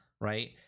Right